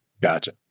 Gotcha